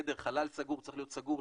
חדר או חלל סגור צריך להיות סגור,